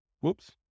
Whoops